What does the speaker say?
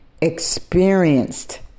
experienced